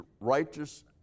righteous